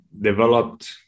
Developed